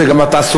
זה גם התעסוקה,